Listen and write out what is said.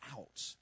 out